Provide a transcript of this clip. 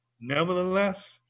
Nevertheless